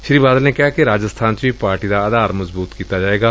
ਸ੍ਰੀ ਬਾਦਲ ਨੇ ਕਿਹਾ ਕਿ ਰਾਜਸਬਾਨ ਚ ਵੀ ਪਾਰਟੀ ਦਾ ਆਧਾਰ ਮਜ਼ਬਬਤ ਕੀਤਾ ਜਾਏਗਾ